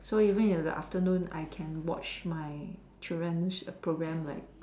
so even in the afternoon I can watch my children's program like